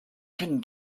can